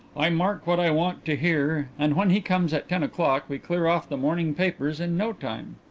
i mark what i want to hear and when he comes at ten o'clock we clear off the morning papers in no time.